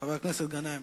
חבר הכנסת מסעוד גנאים.